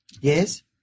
Yes